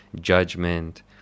judgment